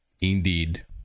Indeed